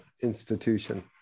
institution